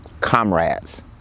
comrades